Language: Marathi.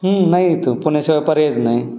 नाही इथं पुण्याशिवाय पर्यायच नाही